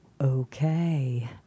okay